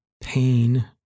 pain